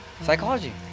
Psychology